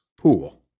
pool